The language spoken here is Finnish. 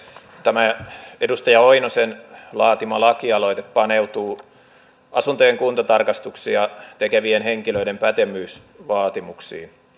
tämä edustaja oinosen laatima lakialoite paneutuu asuntojen kuntotarkastuksia tekevien henkilöiden pätevyysvaatimuksiin